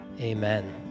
amen